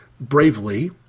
bravely